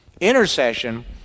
Intercession